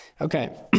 Okay